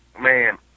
Man